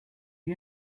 you